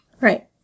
Right